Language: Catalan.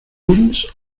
ulls